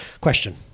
question